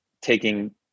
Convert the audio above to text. taking